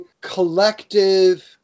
collective